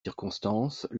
circonstances